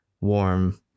warm